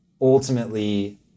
ultimately